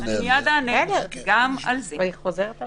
גם על זה.